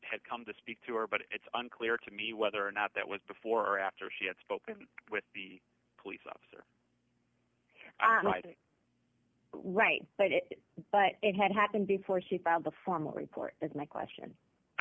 had come to speak to her but it's unclear to me whether or not that was before or after she had spoken with the police officer writing right but but it had happened before she filed a formal report is my question i